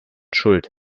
schuld